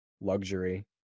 luxury